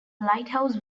lighthouse